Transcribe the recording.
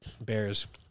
bears